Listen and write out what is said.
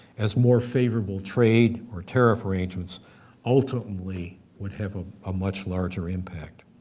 as more favorable trade or tariff arrangements ultimately would have a ah much larger impact.